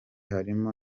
harimo